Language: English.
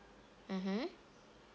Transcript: mmhmm